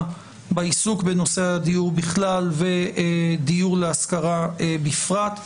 בעיסוק בנושא הדיור בכלל ודיור להשכרה בפרט.